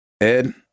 Ed